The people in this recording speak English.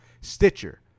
Stitcher